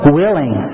willing